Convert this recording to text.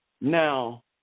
Now